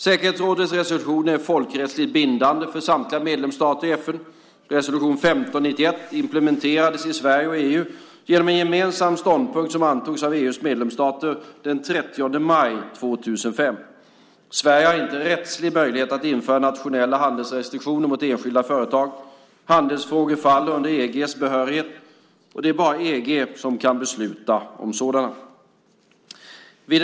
Säkerhetsrådets resolutioner är folkrättsligt bindande för samtliga medlemsstater i FN. Resolution 1591 implementerades i Sverige och EU genom en gemensam ståndpunkt som antogs av EU:s medlemsstater den 30 maj 2005. Sverige har inte rättslig möjlighet att införa nationella handelsrestriktioner mot enskilda företag. Handelsfrågor faller under EG:s behörighet och det är bara EG som kan besluta om sådana frågor.